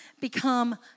become